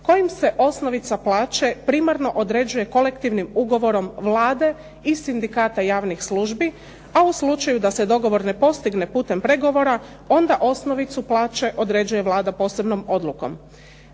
kojim se osnovica plaće primarno određuje kolektivnim ugovorom Vlade i sindikata javnih službi, a u slučaju da se dogovor ne postigne putem pregovora, onda osnovicu plaće određuje Vlada posebnom odlukom.